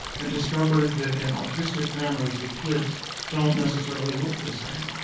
and discovered that in autistic families, the kids don't necessarily look the same.